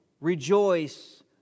rejoice